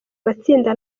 matsinda